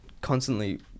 constantly